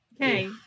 Okay